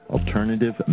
Alternative